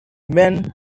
men